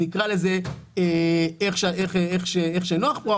נקרא לזה איך שנוח פה,